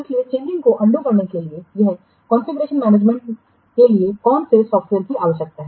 इसलिए चेंजिंस को अंडू करने के लिए यह कॉन्फ़िगरेशनमैनेजमेंट के लिए कौन से सॉफ़्टवेयर की आवश्यकता है